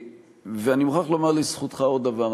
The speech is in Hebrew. אני מוכרח לומר לזכותך עוד דבר.